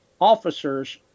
officers